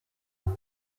kuko